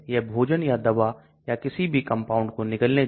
तो यह समीकरण गैर आयनिक सामग्री गैर आयनिक कंपाउंड्स के लिए मान्य है